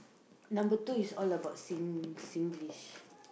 number two is all about sing~ Singlish